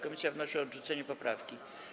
Komisja wnosi o odrzucenie poprawki.